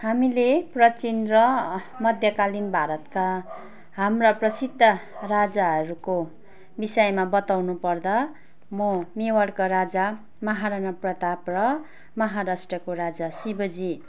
हामीले प्राचीन र मध्यकालिन भारतका हाम्रा प्रशिद्ध राजाहरूको विषयमा बताउनु पर्दा म मेवाडका राजा माहाराणा प्रताप र माहाराष्ट्रको राजा शिवजी